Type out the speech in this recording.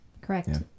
Correct